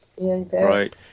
right